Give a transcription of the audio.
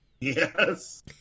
Yes